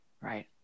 Right